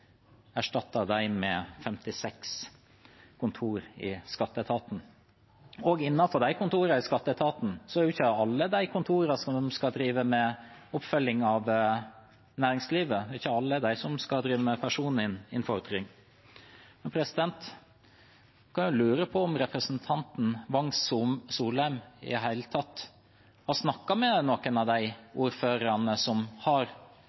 med 56 kontorer i skatteetaten. Innenfor de kontorene i skatteetaten er alle de kontorene som skal drive med oppfølging av næringslivet, ikke alle de som skal drive med personinnfordring. Jeg lurer på om representanten Wang Soleim i det hele tatt har snakket med noen av de ordførerne som har